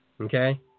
okay